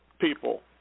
people